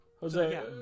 Jose